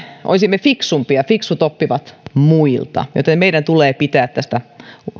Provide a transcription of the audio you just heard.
olisimme fiksumpia fiksut oppivat muilta meidän tulee pitää tästä